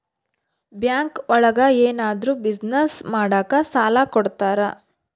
bank ಒಳಗ ಏನಾದ್ರೂ business ಮಾಡಾಕ ಸಾಲ ಕೊಡ್ತಾರ